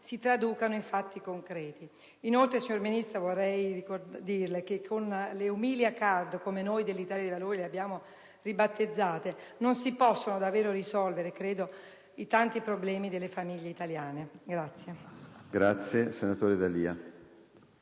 si traducano in fatti concreti. Inoltre, signor Ministro, vorrei dirle che con le "umilia *card*", come noi dell'Italia dei Valori le abbiamo ribattezzate, non si possono davvero risolvere i tanti problemi delle famiglie italiane.